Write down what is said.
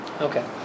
Okay